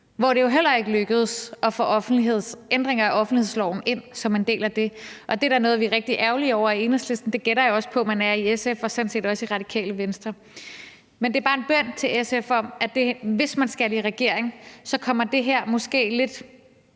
hvor det heller ikke lykkedes at få ændringer af offentlighedsloven ind som en del af det, og det er da noget, vi er rigtig ærgerlige over i Enhedslisten, og det gætter jeg også på at man er i SF og sådan set også i Radikale Venstre. Men det er bare en bøn til SF om, hvis man skal i regering, at så kommer det her måske til